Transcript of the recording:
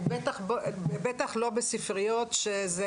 ובטח לא בספריות שזה,